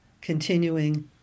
continuing